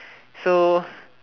so